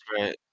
right